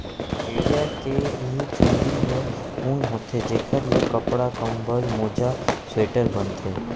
भेड़िया के इहीं चूंदी ह ऊन होथे जेखर ले कपड़ा, कंबल, मोजा, स्वेटर बनथे